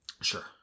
Sure